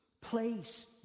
place